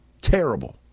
Terrible